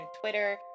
Twitter